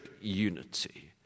unity